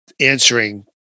answering